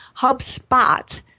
HubSpot